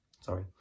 Sorry